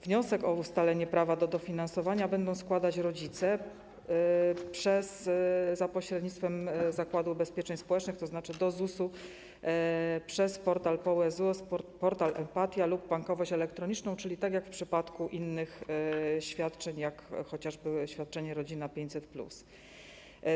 Wniosek o ustalenie prawa do dofinansowania będą składać rodzice za pośrednictwem Zakładu Ubezpieczeń Społecznych, tzn. do ZUS-u przez portal PUE - ZUS, portal Emp@tia lub bankowość elektroniczną, czyli tak jak w przypadku innych świadczeń, jak chociażby w przypadku świadczenia ˝Rodzina 500+˝